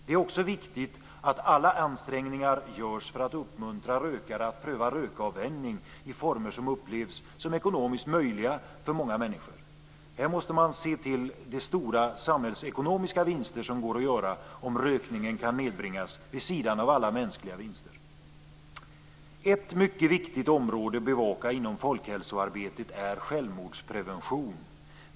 Det är också viktigt att alla ansträngningar görs för att uppmuntra rökare att pröva rökavvänjning i former som upplevs som ekonomiskt möjliga för många människor. Här måste man se till de - vid sidan av alla mänskliga vinster - stora samhällsekonomiska vinster som går att göra, om rökningen kan nedbringas. Ett mycket viktigt område att bevaka inom folkhälsoarbetet är självmordspreventionen.